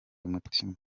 umutima